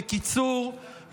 בקיצור,